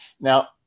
Now